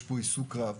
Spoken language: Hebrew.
יש עיסוק רב,